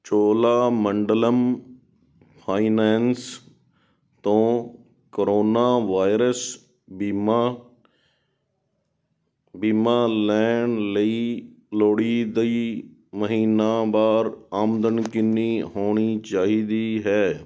Cholamandalam finance ਤੋਂ corona virus ਬੀਮਾ ਬੀਮਾ ਲੈਣ ਲਈ ਲੋੜੀਂਦੀ ਮਹੀਨਾਵਾਰ ਆਮਦਨ ਕਿੰਨੀ ਹੋਣੀ ਚਾਹੀਦੀ ਹੈ